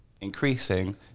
increasing